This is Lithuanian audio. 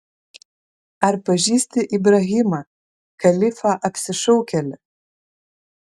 ar pažįsti ibrahimą kalifą apsišaukėlį